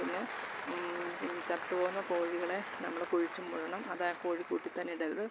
പിന്നെ ചത്തു പോവുന്ന കോഴികളെ നമ്മൾ കുഴിച്ചുമൂടണം അത് ആ കോഴിക്കൂട്ടിൽത്തന്നെ ഇടരുത്